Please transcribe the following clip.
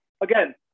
Again